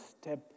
step